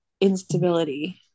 instability